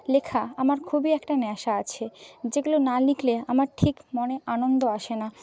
লেখা আমার খুবই একটা নেশা আছে যেগুলো না লিখলে আমার ঠিক মনে আনন্দ আসে না